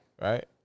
Right